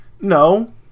No